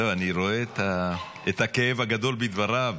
אני רואה את הכאב הגדול בדבריו.